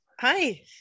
Hi